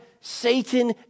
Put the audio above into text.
Satan